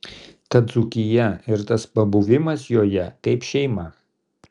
ta dzūkija ir tas pabuvimas joje kaip šeima